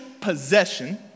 possession